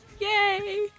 Yay